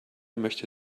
möchte